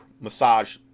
massage